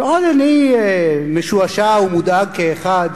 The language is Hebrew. ועוד אני משועשע ומודאג כאחד